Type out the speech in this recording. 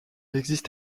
existe